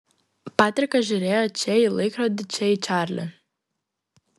patrikas žiūrėjo čia į laikrodį čia į čarlį